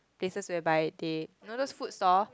bases whereby they you know those food stall